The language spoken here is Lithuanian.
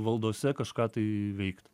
valdose kažką tai veikt